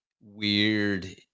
weird